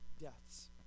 deaths